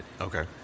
Okay